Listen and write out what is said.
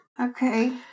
Okay